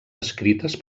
escrites